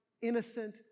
innocent